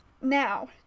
Now